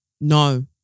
no